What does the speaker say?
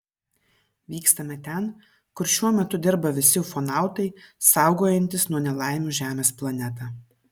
vykstame ten kur šiuo metu dirba visi ufonautai saugojantys nuo nelaimių žemės planetą